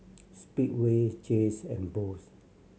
Speedway Jays and Boost